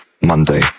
Monday